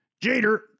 Jeter